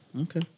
Okay